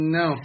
no